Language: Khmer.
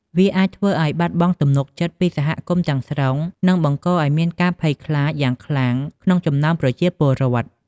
វាអាចធ្វើឲ្យ បាត់បង់ទំនុកចិត្តពីសហគមន៍ ទាំងស្រុង និង បង្កឲ្យមានការភ័យខ្លាច យ៉ាងខ្លាំងក្នុងចំណោមប្រជាពលរដ្ឋ។